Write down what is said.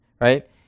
right